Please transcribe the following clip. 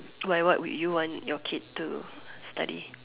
why what would you want your kid to study